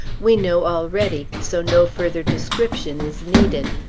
we know already, so no further description is needed.